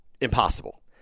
impossible